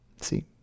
See